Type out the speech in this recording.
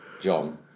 John